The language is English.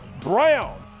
Brown